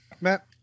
Matt